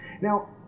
Now